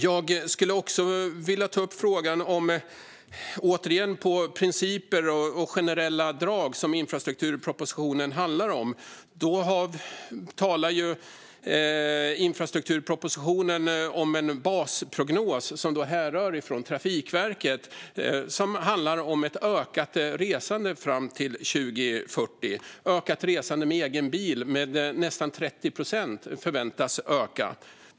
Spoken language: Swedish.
Jag skulle också vilja ta upp frågan, återigen, om principer och generella drag som infrastrukturpropositionen handlar om. Det talas i infrastrukturpropositionen om en basprognos, som härrör från Trafikverket. Det handlar ett ökat resande fram till 2040. Resandet med egen bil förväntas öka med nästan 30 procent.